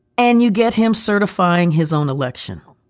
and you get him certifying his own election.